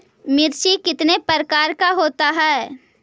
मिर्ची कितने प्रकार का होता है?